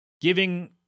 giving